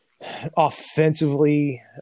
offensively